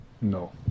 No